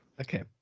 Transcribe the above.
Okay